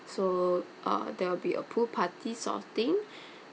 so uh there will be a pool party sort of thing